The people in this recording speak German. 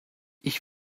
ich